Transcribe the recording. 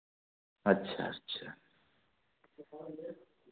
अच्छा अच्छा